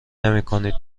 نمیکنید